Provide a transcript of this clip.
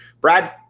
Brad